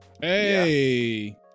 Hey